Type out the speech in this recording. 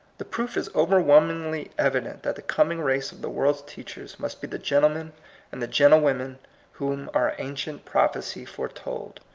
the proof is over whelmingly evident that the coming race of the world's teachers must be the gentlemen and the gentlewomen whom our ancient prophecy foretold.